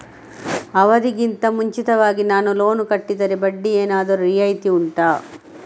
ಅವಧಿ ಗಿಂತ ಮುಂಚಿತವಾಗಿ ನಾನು ಲೋನ್ ಕಟ್ಟಿದರೆ ಬಡ್ಡಿ ಏನಾದರೂ ರಿಯಾಯಿತಿ ಉಂಟಾ